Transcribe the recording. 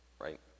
right